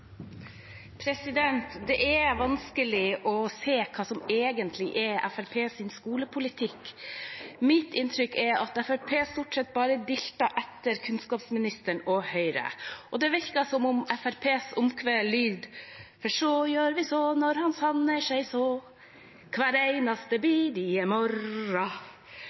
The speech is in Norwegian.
vanskelig å se hva som egentlig er Fremskrittspartiets skolepolitikk. Mitt inntrykk er at de stort sett bare dilter etter kunnskapsministeren og Høyre, og det virker som om Fremskrittspartiets omkved lyder: Så gjør vi så når han Sanner sier så, hver eneste bidige morgen. Kunne representanten forklart hvorfor de